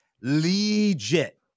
legit